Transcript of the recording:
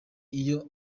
iyo